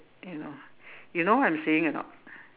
you know you know what I'm saying or not